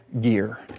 gear